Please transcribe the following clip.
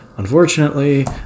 unfortunately